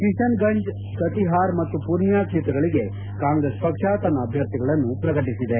ಕಿಶನ್ ಗಂಜ್ ಕತಿಹಾರ್ ಮತ್ತು ಪೂರ್ನಿಯ ಕ್ಷೇತ್ರಗಳಿಗೆ ಕಾಂಗ್ರೆಸ್ ಪಕ್ಷ ತನ್ನ ಅಭ್ಯರ್ಥಿಗಳನ್ನು ಪ್ರಕಟಿಸಿದೆ